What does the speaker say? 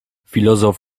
filozof